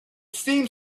seemed